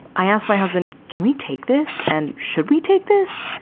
i asked my husband, can we take this and should we take this?